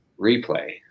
replay